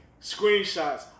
screenshots